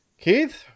Keith